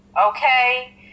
okay